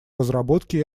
разработки